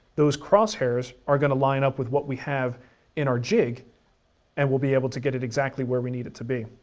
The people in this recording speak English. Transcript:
those crosshairs are gonna line up with what we have in our jig and we'll be able to get it exactly where we need it to be.